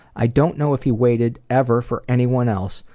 i don't know if he waited ever for anyone else,